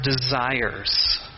desires